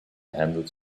handles